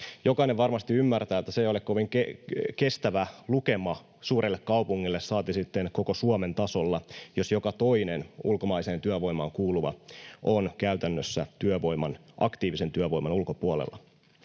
Jokainen varmasti ymmärtää, että se ei ole kovin kestävä lukema suurelle kaupungille saati sitten koko Suomen tasolla, jos joka toinen ulkomaiseen työvoimaan kuuluva on käytännössä aktiivisen työvoiman ulkopuolella.